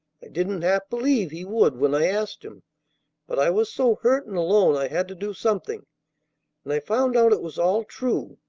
didn't half believe he would when i asked him but i was so hurt and alone i had to do something and i found out it was all true!